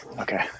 Okay